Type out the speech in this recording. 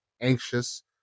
anxious